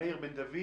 מאיר בן דוד